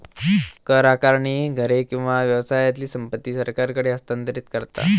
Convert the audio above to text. कर आकारणी घरे किंवा व्यवसायातली संपत्ती सरकारकडे हस्तांतरित करता